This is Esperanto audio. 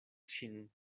ŝin